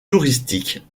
touristique